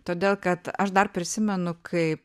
todėl kad aš dar prisimenu kai